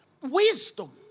Wisdom